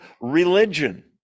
religion